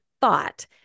thought